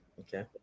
okay